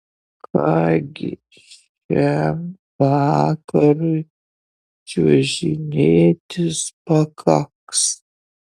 ką gi šiam vakarui čiuožinėtis pakaks